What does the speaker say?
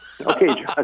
okay